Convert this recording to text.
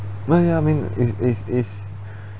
why I mean is is if